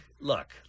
Look